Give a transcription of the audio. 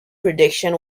prediction